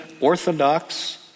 Orthodox